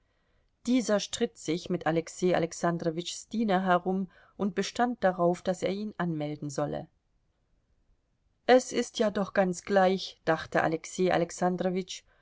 dieser stritt sich mit alexei alexandrowitschs diener herum und bestand darauf daß er ihn anmelden solle es ist ja doch ganz gleich dachte alexei